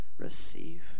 Receive